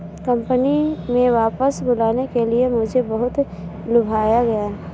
company में वापस बुलाने के लिए मुझे बहुत लुभाया गया